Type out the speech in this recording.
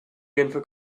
genfer